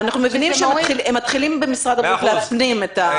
במשרד הבריאות מתחילים להפנים את החשיבות.